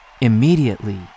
Immediately